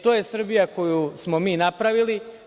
To je Srbija koju smo mi napravili.